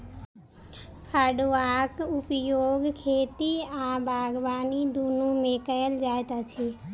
फड़ुआक उपयोग खेती आ बागबानी दुनू मे कयल जाइत अछि